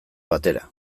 batera